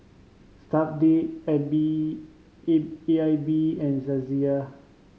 Stuff'd A B A A I B and Saizeriya